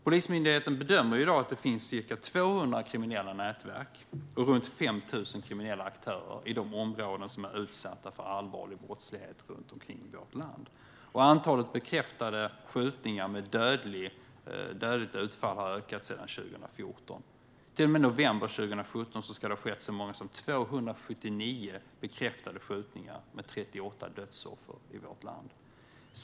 Polismyndigheten bedömer i dag att det finns ca 200 kriminella nätverk och runt 5 000 kriminella aktörer i de områden som är utsatta för allvarlig brottslighet runt om i vårt land. Antalet bekräftade skjutningar med dödligt utfall har ökat sedan 2014. Till och med november 2017 ska det ha skett så många som 279 bekräftade skjutningar med 38 dödsoffer i vårt land.